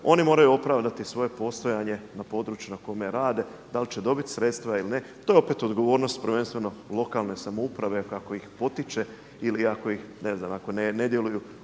oni moraju opravdati svoje postojanje na području na kojem rade. Da li će dobiti sredstva ili ne to je opet odgovornost prvenstveno lokalne samouprave kako ih potiče ili ako ih, ne znam